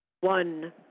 One